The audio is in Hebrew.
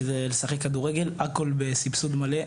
שזה לשחק כדורגל הכול בסבסוד מלא,